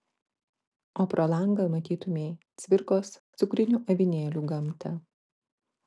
o pro langą matytumei cvirkos cukrinių avinėlių gamtą